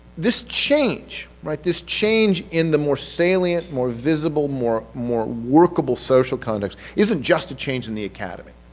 this change, right, this change in the more salient, more visible more more workable social context isn't just a change in the academy,